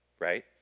right